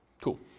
Cool